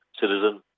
citizen